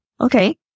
okay